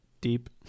deep